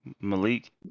Malik